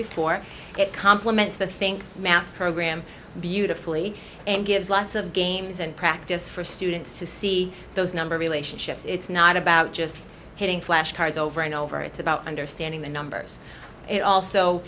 before it compliments the think math program beautifully and gives lots of games and practice for students to see those number relationships it's not about just hitting flash cards over and over it's about understanding the numbers and also